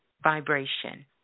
vibration